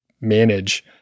manage